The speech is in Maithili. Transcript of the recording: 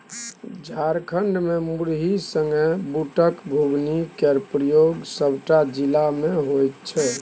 झारखंड मे मुरही संगे बुटक घुघनी केर प्रयोग सबटा जिला मे होइ छै